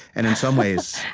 and in some ways,